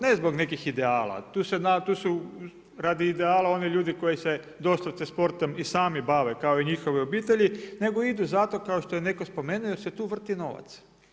Ne zbog nekih ideala, tu su radi ideala oni ljudi koji se doslovce sportom i sami bave kao i njihove obitelji nego idu zato kao što je neko spomenuo jer se tu vrti novac.